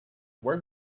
where